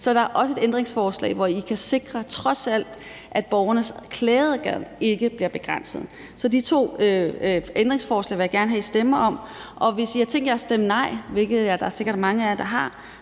Så der er også et ændringsforslag, hvor I trods alt kan sikre, at borgernes klageadgang ikke bliver begrænset. Så de to ændringsforslag vil jeg gerne have, vi stemmer om, og hvis I har tænkt jer at stemme nej, hvilket der sikkert er mange af jer der har,